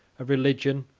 of religion,